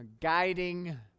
guiding